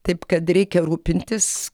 taip kad reikia rūpintis